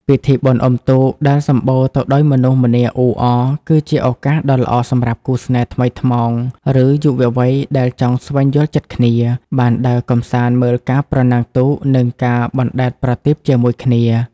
ពិធីបុណ្យអុំទូកដែលសម្បូរទៅដោយមនុស្សម្នាអ៊ូអរ គឺជាឱកាសដ៏ល្អសម្រាប់គូស្នេហ៍ថ្មីថ្មោង ឬយុវវ័យដែលចង់ស្វែងយល់ចិត្តគ្នា បានដើរកម្សាន្តមើលការប្រណាំងទូក និងការបណ្ដែតប្រទីបជាមួយគ្នា។